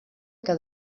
que